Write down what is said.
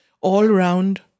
all-round